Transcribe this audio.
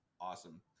awesome